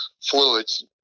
fluids